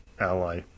ally